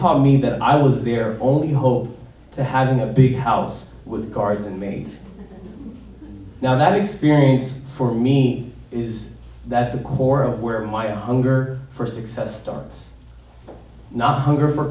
taught me that i was their only hope to having a big house with garden made now that experience for me is that the core of where my hunger for success starts not hunger for